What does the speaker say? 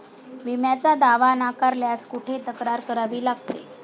विम्याचा दावा नाकारल्यास कुठे तक्रार करावी लागते?